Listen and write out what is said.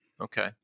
Okay